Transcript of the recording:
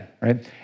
right